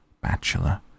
bachelor